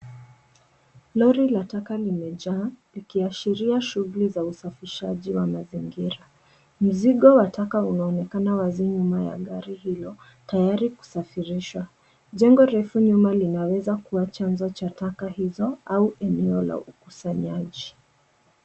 Lori la taka limejaa kiashiria shughuli za usafishaji wa mazingira ,mzigo wa taka unaonekana wazi nyuma ya gari hilo tayari kusafirisha ,jengo refu nyuma linaweza kuwa chanzo cha taka hizo au eneo la ukusanyaji.